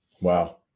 Wow